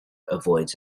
avoids